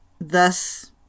thus